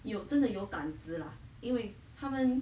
有真的有胆子 lah 因为他们